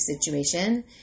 situation